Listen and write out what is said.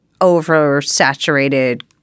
over-saturated